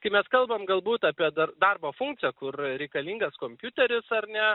kai mes kalbam galbūt apie dar darbo funkciją kur reikalingas kompiuteris ar ne